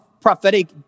prophetic